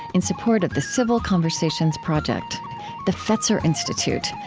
in support of the civil conversations project the fetzer institute,